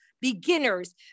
beginners